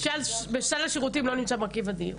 בסל השירותים לא נמצא מרכיב הדיור,